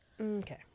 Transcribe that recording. okay